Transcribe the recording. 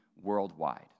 worldwide